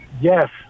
Yes